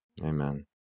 amen